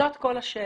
זאת כל השאלה.